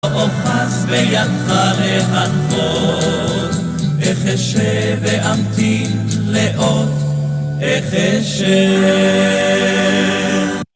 אופס בידך להנחות, איך אשב ואמתין לאות, איך אשב.